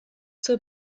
zur